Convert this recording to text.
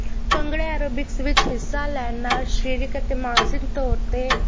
bhangra aerobics ਵਿੱਚ ਹਿੱਸਾ ਲੈਣ ਨਾਲ ਸਰੀਰਕ ਅਤੇ ਮਾਨਸਿਕ ਤੌਰ 'ਤੇ